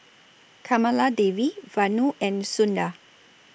Kamaladevi Vanu and Sundar